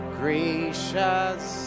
gracious